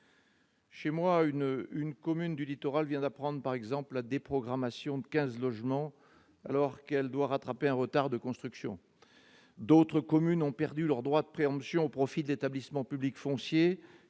Chez moi une, une commune du littoral vient d'apprendre, par exemple la déprogrammation de 15 logements alors qu'elle doit rattraper un retard de construction, d'autres communes ont perdu leur droit de préemption au profit d'établissement public foncier